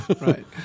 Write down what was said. Right